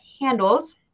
handles